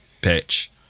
pitch